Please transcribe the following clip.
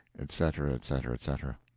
etc, etc, etc.